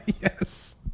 Yes